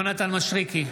יונתן מישרקי,